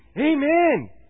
Amen